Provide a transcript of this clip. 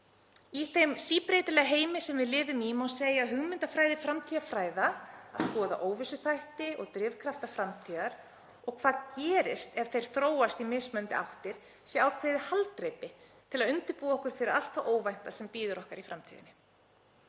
Í þeim síbreytilega heimi sem við lifum í má segja að hugmyndafræði framtíðarfræða, að skoða óvissuþætti og drifkrafta framtíðar og hvað gerist ef þeir þróast í mismunandi áttir, sé ákveðið haldreipi til að undirbúa okkur fyrir allt það óvænta sem bíður okkar í framtíðinni.